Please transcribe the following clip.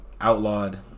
outlawed